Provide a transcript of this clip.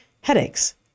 headaches